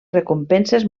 recompenses